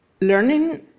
learning